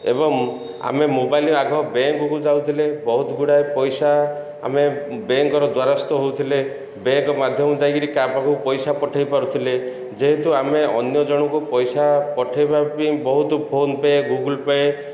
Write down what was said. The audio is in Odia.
ଏବଂ ଆମେ ମୋବାଇଲରେ ଆଗ ବ୍ୟାଙ୍କକୁ ଯାଉଥିଲେ ବହୁତ ଗୁଡ଼ାଏ ପଇସା ଆମେ ବ୍ୟାଙ୍କର ଦ୍ଵାରସ୍ଥ ହେଉଥିଲେ ବ୍ୟାଙ୍କ ମାଧ୍ୟମ ଯାଇକରି କାହା ପାଖକୁ ପଇସା ପଠେଇ ପାରୁଥିଲେ ଯେହେତୁ ଆମେ ଅନ୍ୟଜଣଙ୍କୁ ପଇସା ପଠେଇବା ପାଇଁ ବହୁତ ଫୋନ୍ ପେ' ଗୁଗୁଲ ପେ'